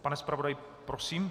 Pane zpravodaji, prosím.